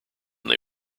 they